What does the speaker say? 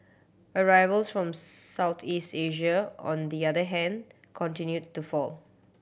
arrivals from Southeast Asia on the other hand continued to fall